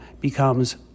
becomes